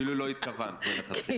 כאילו שלא התכוונת מלכתחילה.